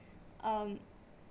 um